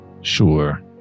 Sure